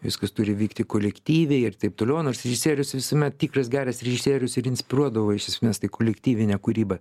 viskas turi vykti kolektyviai ir taip toliau nors režisierius visuomet tikras geras režisierius ir inspiruodavo iš esmės tik kolektyvinę kūrybą